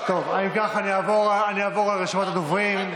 אם כך, אני אעבור על רשימת הדוברים.